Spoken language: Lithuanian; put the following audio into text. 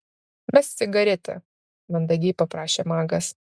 mesk cigaretę mandagiai paprašė magas